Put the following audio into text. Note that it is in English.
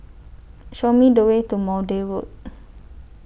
Show Me The Way to Maude Road